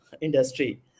industry